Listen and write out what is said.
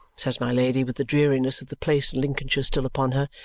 says my lady with the dreariness of the place in lincolnshire still upon her,